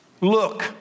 Look